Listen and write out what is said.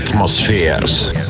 Atmospheres